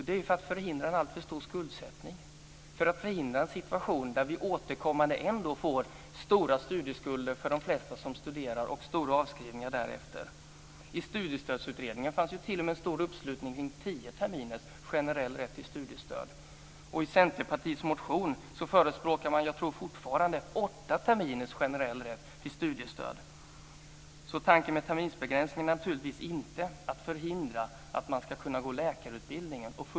Det är för att förhindra en alltför stor skuldsättning och en situation där vi återkommande får stora studieskulder för de flesta som studerar och därefter stora avskrivningar. I studiestödsutredningen fanns t.o.m. stor uppslutning kring tio terminers generell rätt till studiestöd. I Centerpartiets motion tror jag att man fortfarande förespråkar åtta terminers generell rätt till studiestöd. Tanken med terminsbegränsning är naturligtvis inte att förhindra att man ska kunna fullfölja läkarutbildningen.